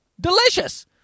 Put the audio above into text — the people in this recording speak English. Delicious